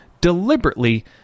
deliberately